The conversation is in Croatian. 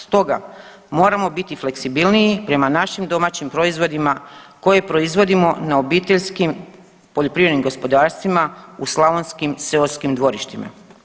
Stoga, moramo biti fleksibilniji prema našim domaćim proizvodima koje proizvodimo na obiteljskim poljoprivrednim gospodarstvima u slavonskim seoskim dvorištima.